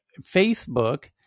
Facebook